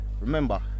Remember